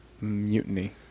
Mutiny